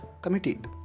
committed